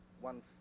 one